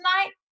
tonight